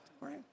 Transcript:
right